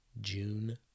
June